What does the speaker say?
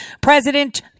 President